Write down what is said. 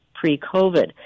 pre-COVID